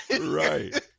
Right